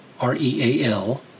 R-E-A-L